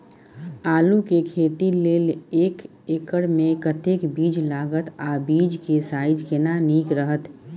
आलू के खेती लेल एक एकर मे कतेक बीज लागत आ बीज के साइज केना नीक रहत?